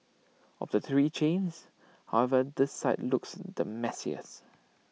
of the three chains however this site looks the messiest